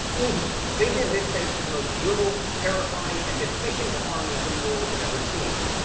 egypt! they did this thanks to the most brutal terrifying and efficient army the world had ever seen.